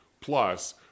Plus